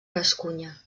gascunya